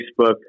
Facebook